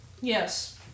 Yes